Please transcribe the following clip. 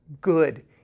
good